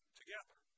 together